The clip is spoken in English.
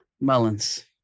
Mullins